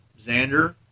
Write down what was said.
Xander